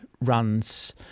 runs